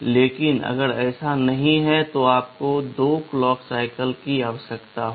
लेकिन अगर ऐसा नहीं है तो आपको 2 क्लॉक साईकल की आवश्यकता होगी